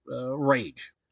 rage